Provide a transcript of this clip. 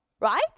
Right